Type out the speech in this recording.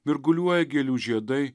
mirguliuoja gėlių žiedai